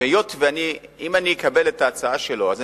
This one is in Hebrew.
שהיות שאם אני אקבל את ההצעה שלו אני